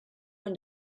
and